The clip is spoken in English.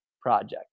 project